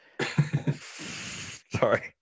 sorry